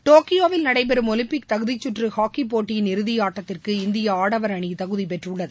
டோக்கியோவில் நடைபெறும் ஒலிம்பிக் தகுதிச்சுற்று ஹாக்கி போட்டியின் இறுதியாட்டத்திற்கு இந்திய ஆடவர் அணி தகுதி பெற்றுள்ளது